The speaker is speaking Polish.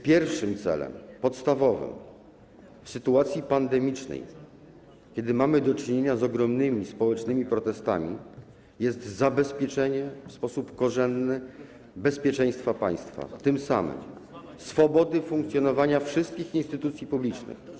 Pierwszym, podstawowym celem w sytuacji pandemii, kiedy mamy do czynienia z ogromnymi społecznymi protestami, jest zabezpieczenie w sposób korzenny bezpieczeństwa państwa, a tym samym swobody funkcjonowania wszystkich instytucji publicznych.